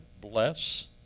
bless